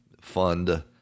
fund